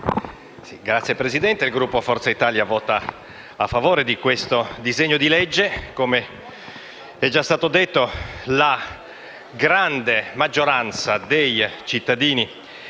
Signor Presidente, il Gruppo Forza Italia voterà a favore di questo disegno di legge. Come è stato detto, la grande maggioranza dei cittadini